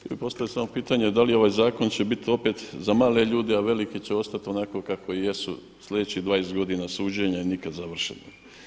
Ja bi postavio samo pitanje, da li će ovaj zakon biti opet za male ljude, a veliki će ostati onako kako jesu sljedećih 20 godina suđenja i nikad završeno.